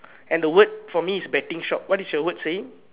and the word for me is betting shop what is your word saying